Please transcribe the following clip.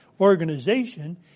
organization